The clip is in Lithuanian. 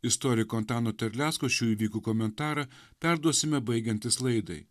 istoriko antano terlecko šių įvykių komentarą perduosime baigiantis laidai